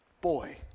boy